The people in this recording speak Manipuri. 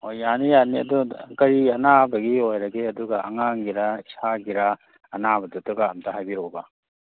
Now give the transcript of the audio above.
ꯍꯣꯏ ꯌꯥꯅꯤ ꯌꯥꯅꯤ ꯑꯗꯨꯗ ꯀꯩ ꯑꯅꯥꯕꯒꯤ ꯑꯣꯏꯔꯒꯦ ꯑꯗꯨꯒ ꯑꯉꯥꯡꯒꯤꯔꯥ ꯏꯁꯥꯒꯤꯔꯥ ꯑꯅꯥꯕꯗꯨꯇꯒ ꯑꯝꯇ ꯍꯥꯏꯕꯤꯔꯛꯎꯕ